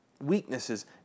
Weaknesses